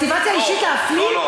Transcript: תקשיבי, מוטיבציה אישית להפליל?